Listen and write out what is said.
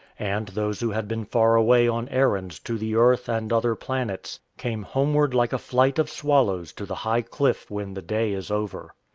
and those who had been far away on errands to the earth and other planets came homeward like a flight of swallows to the high cliff when the day is over.